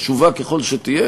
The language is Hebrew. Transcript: חשובה ככל שתהיה,